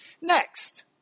Next